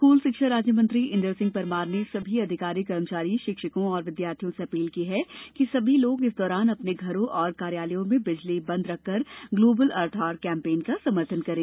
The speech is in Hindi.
स्कूल शिक्षा राज्य मंत्री इंदर सिंह परमार ने सभी अधिकारी कर्मचारियों शिक्षकों और विद्यार्थियों से अपील की है कि सभी लोग इस दौरान अपने घरों और कार्यलयों में बिजली बंद रखकर ग्लोबल अर्थ ओवर कैम्पेन का समर्थन करें